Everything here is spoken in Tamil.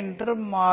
என்று மாறும்